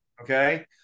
okay